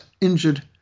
injured